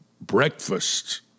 breakfast